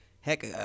Heck